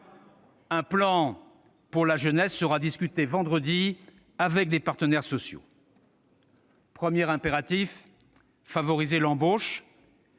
Un plan pour la jeunesse sera discuté vendredi avec les partenaires sociaux. « Premier impératif : favoriser l'embauche.